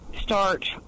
start